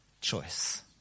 choice